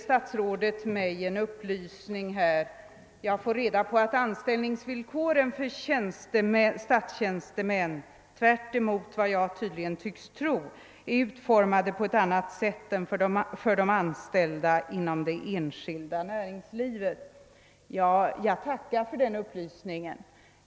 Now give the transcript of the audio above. Statsrådet ger mig vidare den upplysningen att anställningsvillkoren för statstjänstemän — tvärtemot vad jag tydligen förutsätts tro — är utformade på ett annat sätt än för de anställda inom det enskilda näringslivet. Jag tackar för denna upplysning.